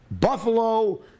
buffalo